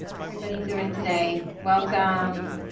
everybody doing today? welcome.